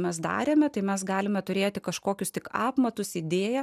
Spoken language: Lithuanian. mes darėme tai mes galime turėti kažkokius tik apmatus idėją